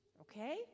Okay